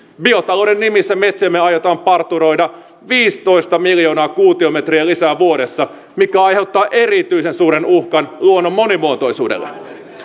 biotalouden nimissä metsiämme aiotaan parturoida viisitoista miljoonaa kuutiometriä lisää vuodessa mikä aiheuttaa erityisen suuren uhkan luonnon monimuotoisuudelle